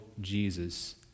Jesus